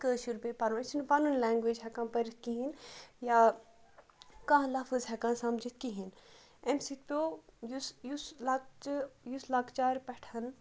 کٲشِر پے پَرُن أسۍ چھِنہٕ پَنُنۍ لٮ۪نگویج ہٮ۪کان پٔرِتھ کِہیٖنۍ یا کانٛہہ لفظ ہٮ۪کان سَمجِتھ کِہیٖنۍ اَمہِ سۭتۍ پیوٚو یُس یُس لکچہِ یُس لکچار پٮ۪ٹھ